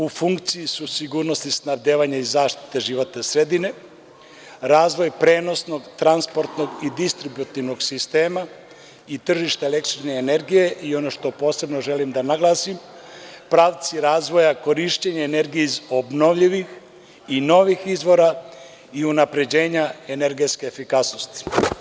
U funkciji su sigurnost snabdevanja i zaštite životne sredine, razvoj prenosnog, transportnog i distributivnog sistema i tržišta električne energije i, ono što posebno želim da naglasim, pravci razvoja korišćenja energije iz obnovljivih i novih izvora i unapređenja energetske efikasnosti.